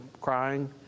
crying